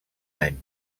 any